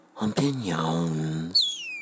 opinions